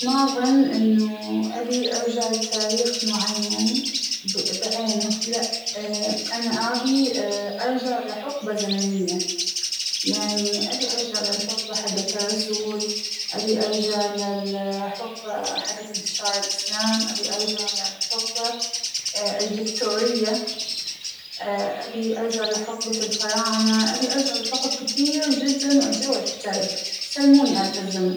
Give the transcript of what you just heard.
ما أظن أنه أبى أرجع لتاريخ معين بعينه، لأ أنا أبى أرجع لحقبة زمنية ، يعنى أبى أرجع للحقبة حقة الرسول ، أبى أرجع للحقبة حقة إنتشار الإسلام ، أبى أرجع للحقبة الفكتورية ، أبى أرجع لحقبة الفراعنة ، أبى أرجع لحقب كثير جدا وأتجول فى التاريخ ، سلمونى آلة الزمن.